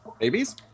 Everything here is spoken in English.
Babies